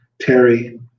Terry